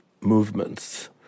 movements